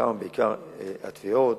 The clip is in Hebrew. שם בעיקר הטביעות,